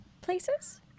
places